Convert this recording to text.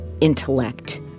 intellect